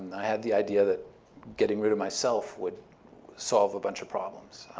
i had the idea that getting rid of myself would solve a bunch of problems.